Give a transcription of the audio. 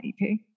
EP